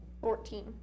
Fourteen